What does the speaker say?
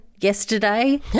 Yesterday